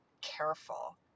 careful